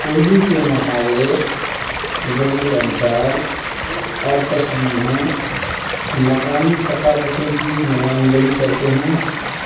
اردو کے محاورے ضرب الامثال اور تشبیہیں مقامی ثقافتوں کی نمائندگی کرتے ہیں